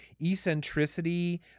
eccentricity